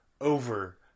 over